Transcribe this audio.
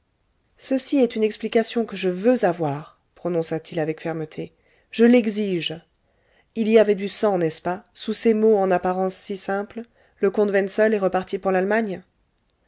ceci est une explication que je veux avoir prononça-t-il avec fermeté je l'exige il y avait du sang n'est-ce pas sous ces mots en apparence si simples le comte wenzel est reparti pour l'allemagne